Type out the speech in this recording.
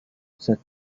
said